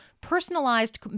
Personalized